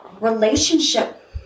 relationship